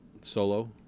Solo